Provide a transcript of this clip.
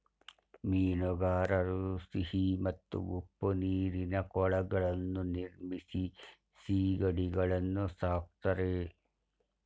ಮೀನುಗಾರರು ಸಿಹಿ ಮತ್ತು ಉಪ್ಪು ನೀರಿನ ಕೊಳಗಳನ್ನು ನಿರ್ಮಿಸಿ ಸಿಗಡಿಗಳನ್ನು ಸಾಕ್ತರೆ